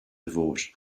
vote